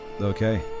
Okay